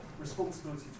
responsibility